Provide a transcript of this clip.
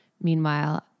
Meanwhile